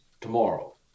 tomorrow